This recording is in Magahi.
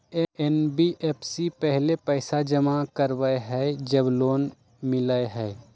एन.बी.एफ.सी पहले पईसा जमा करवहई जब लोन मिलहई?